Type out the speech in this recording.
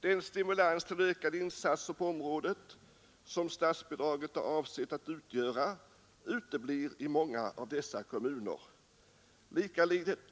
Den stimulans till ökade insatser på området, som statsbidraget är avsett att utgöra, uteblir i många av dessa kommuner.